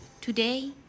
Today